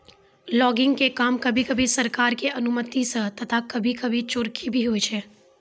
logging के काम कभी कभी सरकार के अनुमती सॅ तथा कभी कभी चोरकी भी होय छै